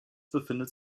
befindet